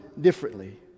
differently